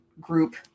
group